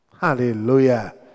Hallelujah